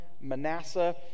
Manasseh